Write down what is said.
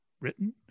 written